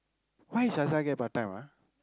why Sasha get part time ah